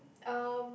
um